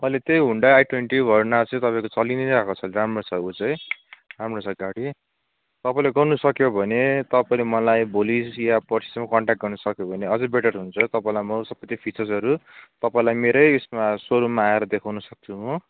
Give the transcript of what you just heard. अहिले त्यही Hyundai i twenty भर्ना चाहिँ तपाईँको चलि नै रहेको छ राम्रो छ ऊ चाहिँ राम्रो छ गाडी तपाईँले गर्नसक्यो भने तपाईँले मलाई भोलि या पर्सिसम्म कन्ट्याक्ट गर्नुसक्यो भने अझ बेटर हुन्छ तपाईँलाई म सबै त्यो फिचर्सहरू तपाईँलाई मेरै यसमा सोरूममा आएर देखाउनसक्छु म